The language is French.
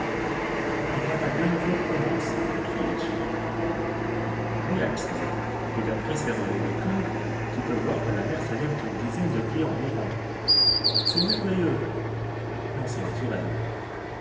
voilà bien le flot qui commence m'écriai-je oui axel et d'après ces relais d'écume tu peux voir que la mer s'élève d'une dizaine de pieds environ c'est merveilleux non c'est naturel